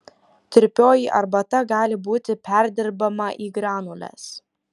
tirpioji arbata gali būti perdirbama į granules